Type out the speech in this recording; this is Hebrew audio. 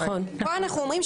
פה אנו אומרים,